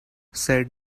said